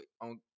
on